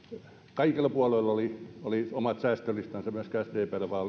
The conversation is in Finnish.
kaikilla puolueilla oli oli omat säästölistansa myöskin sdpllä